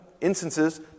instances